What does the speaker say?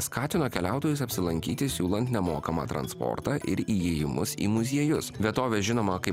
skatino keliautojus apsilankyti siūlant nemokamą transportą ir įėjimus į muziejus vietovė žinomą kaip